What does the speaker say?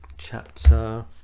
chapter